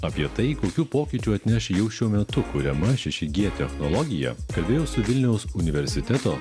apie tai kokių pokyčių atneš jau šiuo metu kuriama šeši gie technologija kalbėjau su vilniaus universiteto